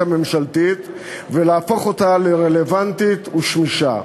ממשלתית ולהפוך אותה לרלוונטית ולשמישה.